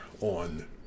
on